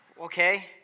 okay